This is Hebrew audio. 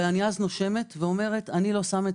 אני נושמת ואומרת לעצמי שאני לא שמה את